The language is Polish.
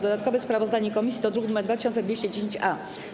Dodatkowe sprawozdanie komisji to druk nr 2210-A.